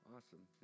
Awesome